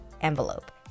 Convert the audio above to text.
envelope